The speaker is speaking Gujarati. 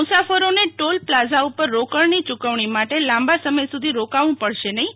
મુસાફરોને ટોલ પ્લાઝા ઉપર રોકડની યૂકવણી માટે લાંબા સમય સુધી રોકાવું પડશે નહીં